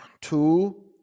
Two